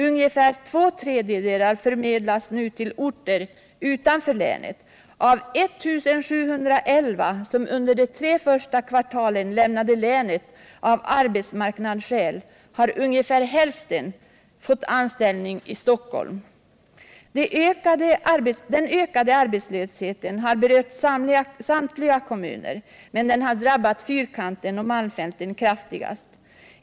Ungefär två tred — Sysselsättningsbijedelar förmedlas nu till orter utanför länet. Av 1 711 personer som under = drag till tekoindude tre första kvartalen lämnade länet av arbetsmarknadsskäl har ungefär = strin, m.m. hälften fått anställning i Stockholm. Den ökade arbetslösheten har berört samtliga kommuner i länet, men den har drabbat fyrkantsdelen och Malmfälten kraftigast.